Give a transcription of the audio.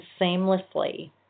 seamlessly